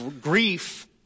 grief